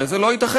הרי זה לא ייתכן.